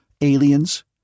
Aliens